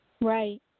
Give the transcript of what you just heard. Right